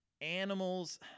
animals